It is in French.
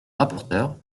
rapporteur